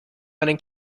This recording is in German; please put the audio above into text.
einen